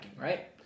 right